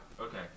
okay